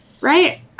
Right